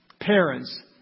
Parents